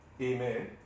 Amen